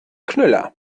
knüller